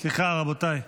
סליחה, רבותיי.